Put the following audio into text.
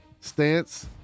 Stance